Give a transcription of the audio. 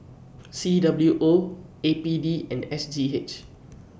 C W O A P D and S G H